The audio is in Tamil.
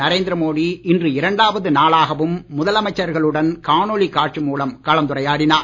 நரேந்திர மோடி இன்று இரண்டாவது நாளாகவும் முதலமைச்சர்களுடன் காணொளி காட்சி மூலம் கலந்துரையாடினார்